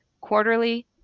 quarterly